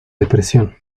depresión